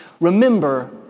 Remember